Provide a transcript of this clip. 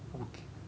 okay